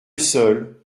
seul